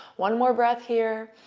one more breath here,